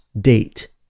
date